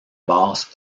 basse